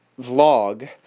vlog